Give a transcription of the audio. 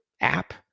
app